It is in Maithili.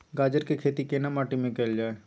गाजर के खेती केना माटी में कैल जाए?